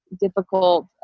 difficult